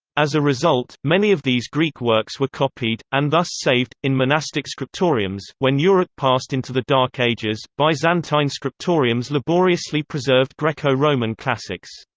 as a result, many of these greek works were copied, and thus saved, in monastic scriptoriums when europe passed into the dark ages, byzantine scriptoriums laboriously preserved greco-roman classics.